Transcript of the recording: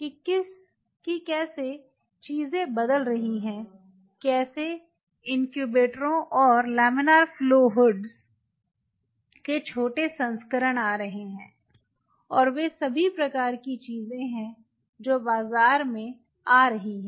कि कैसे चीजें बदल रही हैं कैसे इनक्यूबेटरों और लमिनार फ्लो के छोटे संस्करण आ रहे हैं और वे सभी प्रकार की चीजें हैं जो बाजार में आ रही हैं